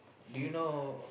do you know